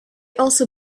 also